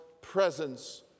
presence